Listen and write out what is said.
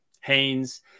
Haynes